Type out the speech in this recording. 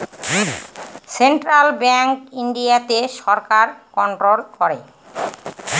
central bank ইন্ডিয়াতে সরকার control করে